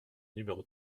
numéro